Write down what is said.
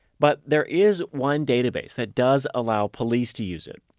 but there is one database that does allow police to use it.